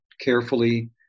carefully